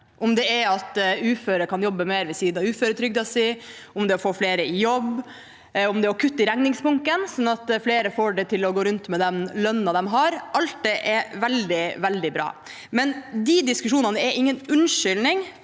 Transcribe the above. om det er at uføre kan jobbe mer ved siden av uføretrygden sin, om det er å få flere i jobb, eller om det er å kutte i regningsbunken sånn at flere får det til å gå rundt med den lønnen de har. Alt det er veldig, veldig bra. Men de diskusjonene er ingen unnskyldning